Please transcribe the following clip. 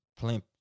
plimp